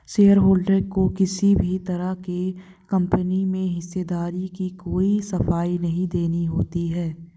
shareholder को किसी भी तरह से कम्पनी में हिस्सेदारी की कोई सफाई नहीं देनी होती है